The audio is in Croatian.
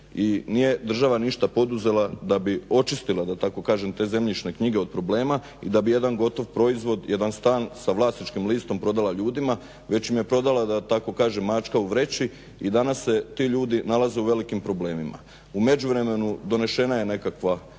nije država ništa poduzela da bi očistila da tako kažem te zemljišne knjige od problema i da bi jedan gotov proizvod jedan stan sa vlasničkim listom prodala ljudima, već im je prodala da tako kažem mačka u vreći i danas se ti ljudi nalaze u velikim problemima. U međuvremenu donešena je nekakvo